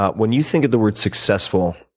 ah when you think of the word successful,